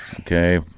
Okay